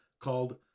called